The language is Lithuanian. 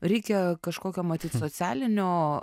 reikia kažkokio matyt socialinio